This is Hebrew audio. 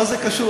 מה זה קשור?